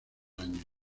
años